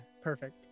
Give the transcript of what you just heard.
perfect